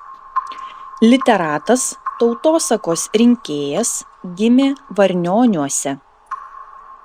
literatas tautosakos rinkėjas gimė varnioniuose